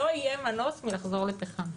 לא יהיה מנוס מלחזור לפחם.